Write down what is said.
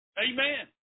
Amen